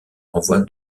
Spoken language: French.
renvoi